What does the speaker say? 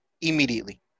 immediately